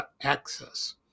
access